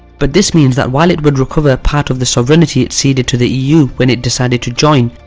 but this means that while it would recover part of the sovereignty it ceded to the eu when it decided to join,